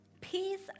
Peace